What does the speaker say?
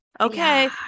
okay